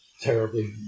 terribly